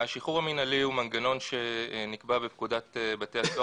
השחרור המינהלי הוא מנגנון שנקבע בפקודת בתי הסוהר